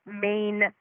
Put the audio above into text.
main